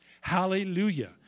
Hallelujah